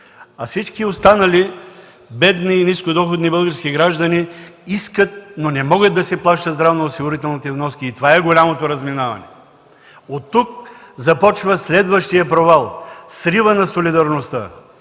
А всички останали бедни и нискодоходни български граждани, искат, но не могат да си плащат здравноосигурителните вноски и това е голямото разминаване. Оттук започва следващият провал – сривът на солидарността.